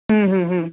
ہوں ہوں ہوں